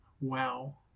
Wow